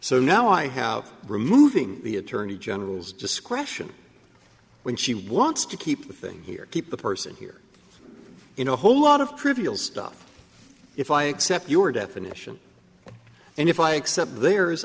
so now i have removing the attorney general's discretion when she wants to keep the thing here keep the person here in a whole lot of trivial stuff if i accept your definition and if i accept the